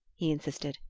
he insisted.